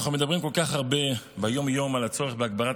אנחנו מדברים כל כך הרבה ביום-יום על הצורך בהגברת